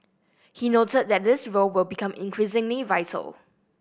he noted that this role will become increasingly vital